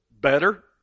better